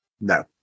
No